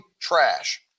trash